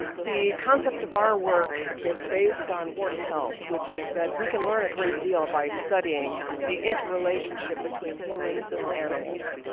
the concept of our work is based on one, health. which is that we can learn a great deal by studying the interrelationship between humans and animals.